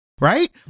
right